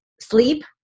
sleep